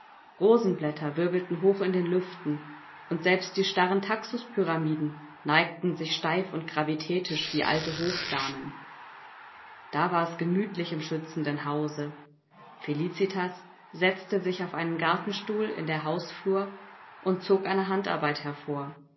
rosenblätter wirbelten hoch in den lüften und selbst die starren taxuspyramiden neigten sich steif und gravitätisch wie alte hofdamen da war es gemütlich im schützenden hause felicitas setzte sich auf einen gartenstuhl in der hausflur und zog eine handarbeit hervor